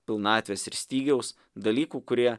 pilnatvės ir stygiaus dalykų kurie